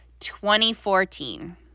2014